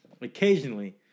occasionally